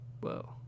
Whoa